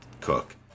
cook